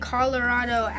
Colorado